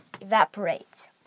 evaporates